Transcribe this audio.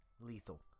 Lethal